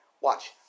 Watch